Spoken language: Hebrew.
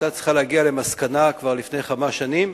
היתה צריכה להגיע למסקנה כבר לפני כמה שנים,